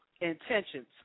intentions